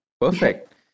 perfect